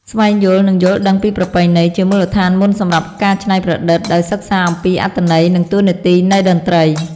ស្វែងយល់ និងយល់ដឹងពីប្រពៃណី ជាមូលដ្ឋានមុនសម្រាប់ការច្នៃប្រឌិត ដោយសិក្សាអំពីអត្ថន័យនិងតួនាទីនៃតន្ត្រី។